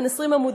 בן 20 עמודים,